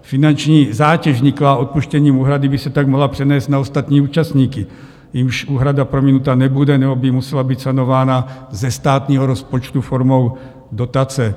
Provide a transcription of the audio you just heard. Finanční zátěž vzniklá odpuštěním úhrady by se tak mohla přenést na ostatní účastníky, jimž úhrada prominuta nebude, nebo by musela být sanována ze státního rozpočtu formou dotace.